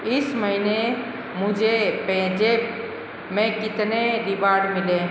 इस महीने मुझे पैंज़ेप में कितने रिवार्ड मिलें